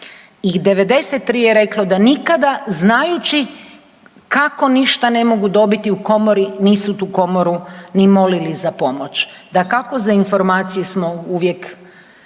i 93 je reklo da nikada znajući kako ništa ne mogu dobiti u komori nisu tu komoru ni molili za pomoć. Dakako za informacije smo uvijek